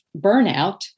burnout